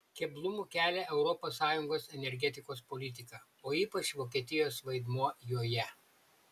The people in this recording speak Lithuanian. keblumų kelia europos sąjungos energetikos politika o ypač vokietijos vaidmuo joje